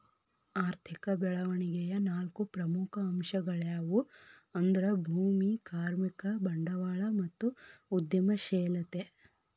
ಆರ್ಥಿಕ ಬೆಳವಣಿಗೆಯ ನಾಲ್ಕು ಪ್ರಮುಖ ಅಂಶಗಳ್ಯಾವು ಅಂದ್ರ ಭೂಮಿ, ಕಾರ್ಮಿಕ, ಬಂಡವಾಳ ಮತ್ತು ಉದ್ಯಮಶೇಲತೆ